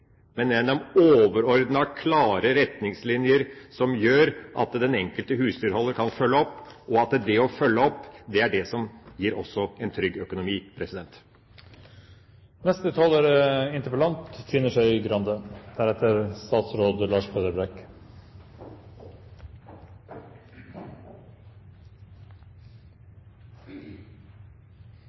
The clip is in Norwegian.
men gjennom overordnede, klare retningslinjer som gjør at den enkelte husdyrholder kan følge opp, og at det å følge opp er det som også gir en trygg økonomi.